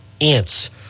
ants